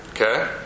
okay